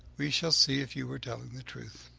we shall see if you are telling the truth.